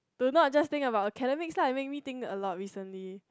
do not just think about academic lah it make me think a lot recently